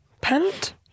Pant